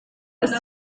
ist